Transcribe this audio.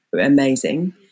amazing